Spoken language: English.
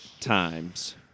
times